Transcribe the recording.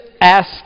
asked